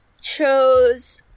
chose-